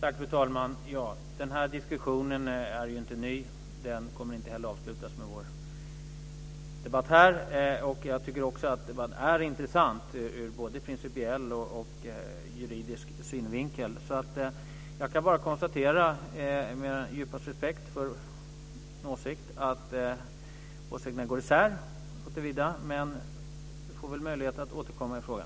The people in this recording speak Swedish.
Fru talman! Den här diskussionen är ju inte ny. Den kommer inte heller att avslutas med vår debatt här. Och jag tycker också att debatten är intressant både ur principiell och ur juridisk synvinkel. Jag kan bara med djupaste respekt för Carl-Erik Skårmans åsikt konstatera att åsikterna går isär. Men vi får väl möjlighet att återkomma i frågan.